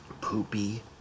Poopy